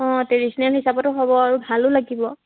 অঁ ট্ৰেডিশ্যনেল হিচাপতো হ'ব আৰু ভালো লাগিব